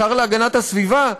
השר להגנת הסביבה,